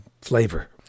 flavor